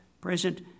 present